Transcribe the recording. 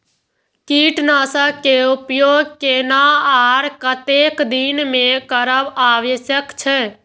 कीटनाशक के उपयोग केना आर कतेक दिन में करब आवश्यक छै?